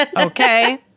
Okay